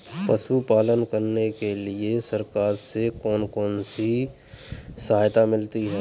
पशु पालन करने के लिए सरकार से कौन कौन सी सहायता मिलती है